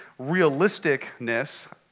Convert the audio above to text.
realisticness